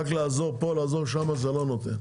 רק לעזור פה, לעזור שם זה לא נותן.